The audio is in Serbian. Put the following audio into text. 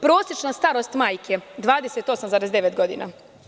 Prosečna starost majke je 28,9 godina.